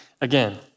again